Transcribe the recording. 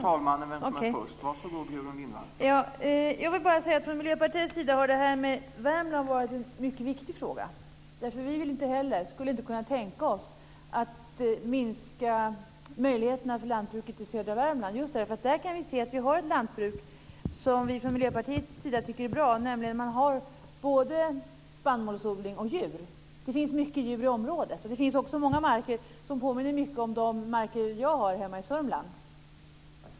Herr talman! Värmland har för Miljöpartiet varit en mycket viktig fråga. Vi skulle inte kunna tänka oss att minska möjligheterna för lantbruket i södra Värmland. Där finns ett lantbruk som vi från Miljöpartiets sida tycker är bra. Man har där både spannmålsodling och djurdrift. Det finns mycket djur i området, och många marker påminner mycket om mina hemmamarker i Sörmland.